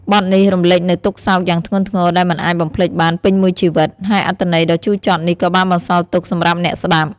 បទនេះរំលេចនូវទុក្ខសោកយ៉ាងធ្ងន់ធ្ងរដែលមិនអាចបំភ្លេចបានពេញមួយជីវិត ហើយអត្ថន័យដ៏ជូរចត់នេះក៏បានបន្សល់ទុកសម្រាប់អ្នកស្តាប់។